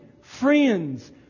friends